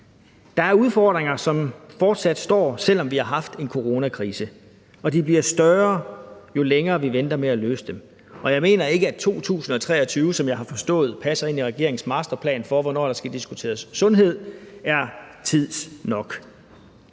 Der er udfordringer, som fortsat består, selv om vi har haft en coronakrise, og de bliver større, jo længere vi venter med at løse dem. Og jeg mener ikke, at 2023, som jeg har forstået passer ind i regeringens masterplan for, hvornår der skal diskuteres sundhed, er tidsnok.